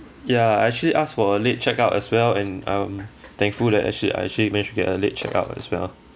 ya I actually asked for a late check-out as well and um thankful that actually I actually managed to get a late check-out as well